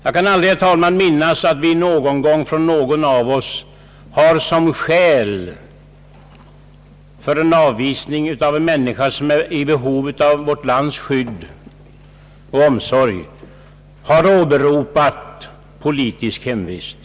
Jag kan aldrig, herr talman, minans att någon av oss någon gång som skäl för en avvisning av en människa som är i behov av vårt lands skydd och omsorg har åberopat politiskt hemvist.